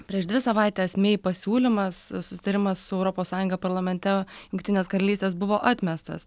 prieš dvi savaites mei pasiūlymas susitarimas su europos sąjunga parlamente jungtinės karalystės buvo atmestas